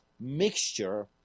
mixture